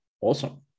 Awesome